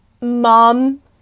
mom